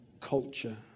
culture